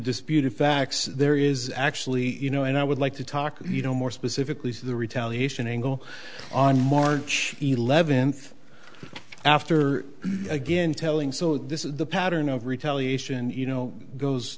disputed facts there is actually you know and i would like to talk you know more specifically the retaliation angle on march eleventh after again telling so this is the pattern of retaliation